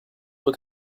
were